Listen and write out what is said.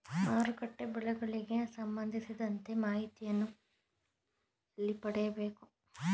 ಮಾರುಕಟ್ಟೆ ಬೆಲೆಗಳಿಗೆ ಸಂಬಂಧಿಸಿದಂತೆ ಮಾಹಿತಿಯನ್ನು ಎಲ್ಲಿ ಪಡೆಯಬೇಕು?